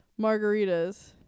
margaritas